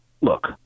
Look